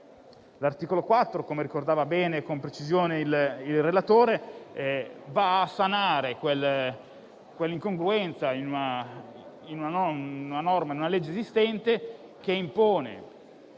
L'articolo 4, come ricordava bene e con precisione il relatore, va a sanare l'incongruenza presente in una legge esistente che, a fronte